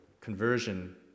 conversion